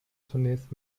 zunächst